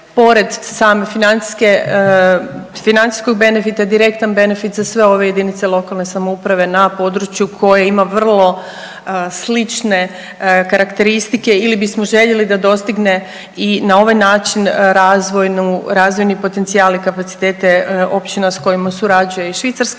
financijske, financijskog benefita i direktan benefit za sve ove jedinice lokalne samouprave na području koje ima vrlo slične karakteristike ili bismo željeli da dostigne i na ovaj način razvojni potencijal i kapacitete općina sa kojima surađuje iz Švicarske.